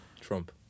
Trump